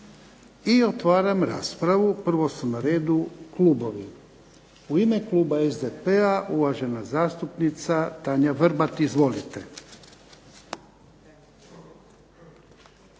I otvaram raspravu. Prvo su na redu klubovi. U ime kluba SDP-a, uvažena zastupnika Tanja Vrbat. Izvolite.